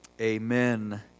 Amen